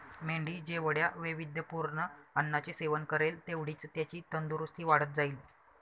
मेंढी जेवढ्या वैविध्यपूर्ण अन्नाचे सेवन करेल, तेवढीच त्याची तंदुरस्ती वाढत जाईल